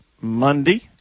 Monday